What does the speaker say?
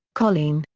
colleen.